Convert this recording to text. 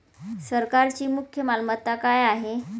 सरकारची मुख्य मालमत्ता काय आहे?